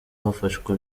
hafashwe